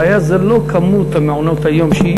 הבעיה היום זה לא כמות מעונות שיהיו.